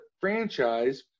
franchise